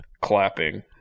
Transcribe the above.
clapping